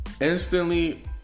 instantly